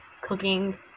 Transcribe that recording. cooking